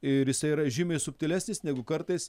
ir jisai yra žymiai subtilesnis negu kartais